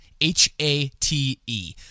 H-A-T-E